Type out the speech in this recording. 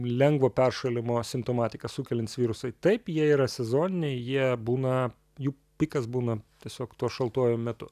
lengvo peršalimo simptomatiką sukeliantys virusai taip jie yra sezoniniai jie būna jų pikas būna tiesiog tuo šaltuoju metu